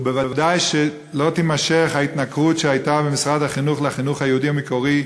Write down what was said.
וודאי שלא תימשך ההתנכרות שהייתה במשרד החינוך לחינוך היהודי המקורי,